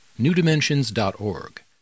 newdimensions.org